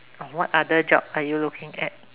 what other job are you looking at